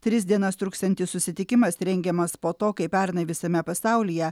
tris dienas truksiantis susitikimas rengiamas po to kai pernai visame pasaulyje